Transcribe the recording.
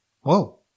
Whoa